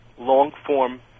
long-form